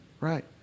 right